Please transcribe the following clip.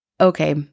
okay